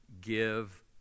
give